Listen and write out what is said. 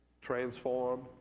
transform